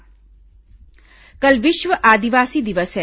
विश्व आदिवासी दिवस कल विश्व आदिवासी दिवस है